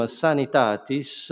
sanitatis